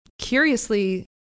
Curiously